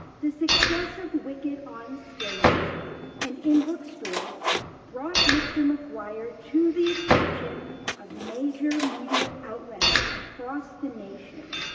the success of wicked on stage and in bookstores brought mr. maguire to the attention of major media outlets across the nation.